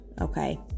okay